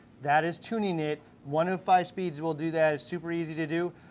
that is tuning it, one of five speeds will do that. it's super easy to do.